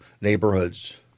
neighborhoods